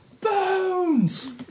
Bones